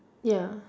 ya